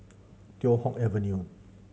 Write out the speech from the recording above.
Teow Hock Avenue